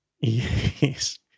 Yes